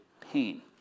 pain